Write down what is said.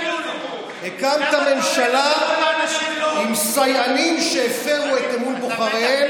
הקמת ממשלה עם סייענים שהפרו את אמון בוחריהם,